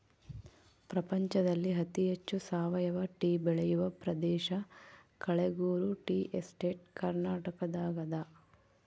ಪ್ರಪಂಚದಲ್ಲಿ ಅತಿ ಹೆಚ್ಚು ಸಾವಯವ ಟೀ ಬೆಳೆಯುವ ಪ್ರದೇಶ ಕಳೆಗುರು ಟೀ ಎಸ್ಟೇಟ್ ಕರ್ನಾಟಕದಾಗದ